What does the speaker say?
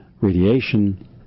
radiation